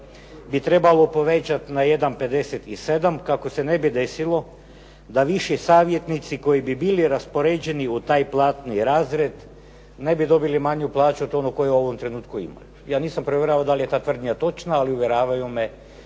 bi trebao povećat na 1,57 kako se ne bi desilo da viši savjetnici koji bi bili raspoređeni u taj platni razred ne bi dobili manju plaću od onog koje u ovom trenutku imaju. Ja nisam provjeravao da li je ta tvrdnja točna, ali uvjeravaju me